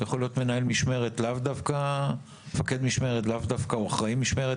יכול להיות מפקד או אחראי משמרת,